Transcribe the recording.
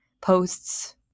posts